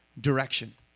direction